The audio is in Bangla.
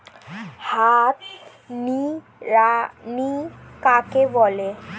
হাত নিড়ানি কাকে বলে?